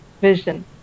vision